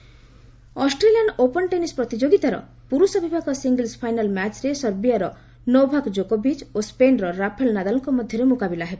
tennis Australian open tennis ପ୍ରତିଯୋଗିତାର ପୁରୁଷ ବିଭାଗ ସିଙ୍ଗଲ୍ୱ ଫାଇନାଲ ମ୍ୟାଚ୍ରେ ସର୍ବିଆର ନୋଭାକ ଜୋକୋଭିଚ ଓ ସ୍ୱେନ୍ର ରାଫାଲ ନାଦାଲଙ୍କ ମଧ୍ୟରେ ମୁକାବିଲା ହେବ